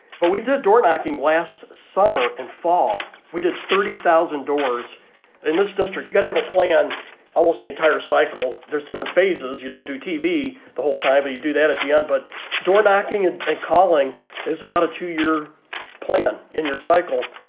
but we did doorknocking last summer and fall. we did thirty thousand doors in this district. you're gonna have a plan almost the entire cycle. there's different phases. you don't do tv the whole time. and you do that at the end. but doorknocking and and calling is about a two year plan in your cycle.